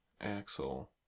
Axel